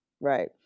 right